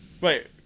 Wait